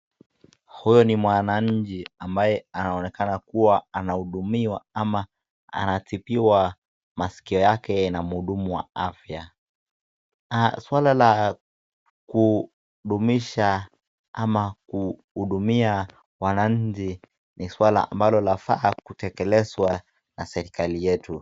Huyu ni mwananchi ambaye anaonekana kuwa anahudumiwa ama anatibiwa maskio yake na mhudumu wa afya. Swala la kudumisha ama kuhudumia wananchi ni swala ambalo la faa kutekelezwa na serikali yetu.